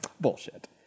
bullshit